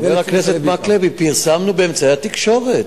חבר הכנסת מקלב, פרסמנו באמצעי התקשורת.